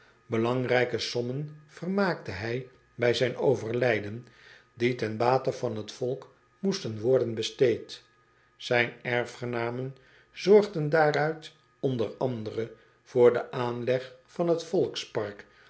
elangrijke sommen vermaakte hij bij zijn overlijden die ten bate van het volk moesten worden besteed ijne erfgenamen zorgden daaruit o a voor den aanleg van het